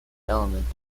element